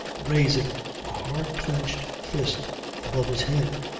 raising a hard-clenched fist above his head.